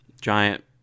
giant